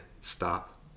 stop